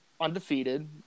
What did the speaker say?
undefeated